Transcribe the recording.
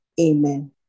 amen